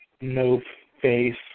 no-face